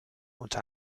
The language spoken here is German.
unter